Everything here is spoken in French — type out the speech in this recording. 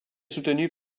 soutenu